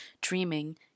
Dreaming